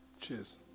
Cheers